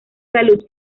salud